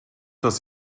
das